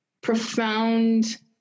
profound